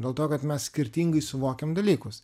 dėl to kad mes skirtingai suvokiam dalykus